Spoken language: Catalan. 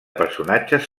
personatges